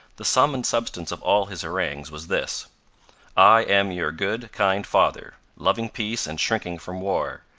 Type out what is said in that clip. the sum and substance of all his harangues was this i am your good, kind father, loving peace and shrinking from war.